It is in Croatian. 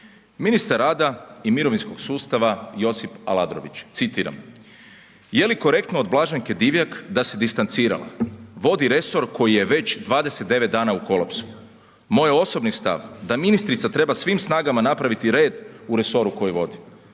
Ministar rada i mirovinskog sustava, Josip Aladrović, citiram, je li korektno od Blaženke Divjak da se distancirala? Vodi resor koji je već 29 dana u kolapsu. Moj osobni stav da ministrica treba svim snagama napraviti red u resoru koji vodi,